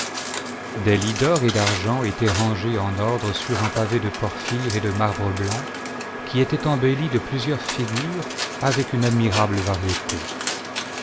des lits d'or et d'argent étaient rangés en ordre sur un pavé de porphyre et de marbre blanc qui était embelli de plusieurs figures avec une admirable variété